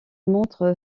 montre